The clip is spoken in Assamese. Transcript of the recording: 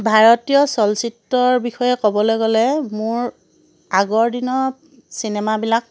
ভাৰতীয় চলচ্চিত্ৰৰ বিষয়ে ক'বলৈ গ'লে মোৰ আগৰ দিনৰ চিনেমাবিলাক